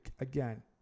again